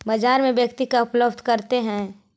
बाजार में व्यक्ति का उपलब्ध करते हैं?